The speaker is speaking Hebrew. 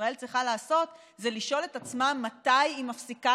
שישראל צריכה לעשות זה לשאול את עצמה מתי היא מפסיקה